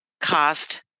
cost-